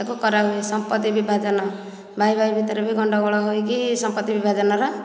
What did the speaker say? ତାକୁ କରାହୁଏ ସମ୍ପତି ବିଭାଜନ ଭାଇ ଭାଇ ଭିତରେ ବି ଗଣ୍ଡଗୋଳ ହୋଇକି ସମ୍ପତି ବିଭାଜନର